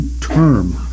term